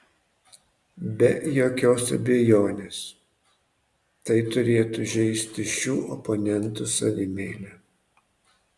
be jokios abejonės tai turėtų žeisti šių oponentų savimeilę